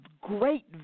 great